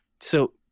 So-